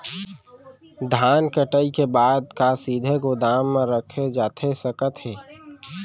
धान कटाई के बाद का सीधे गोदाम मा रखे जाथे सकत हे?